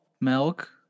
milk